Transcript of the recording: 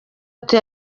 ati